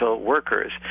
workers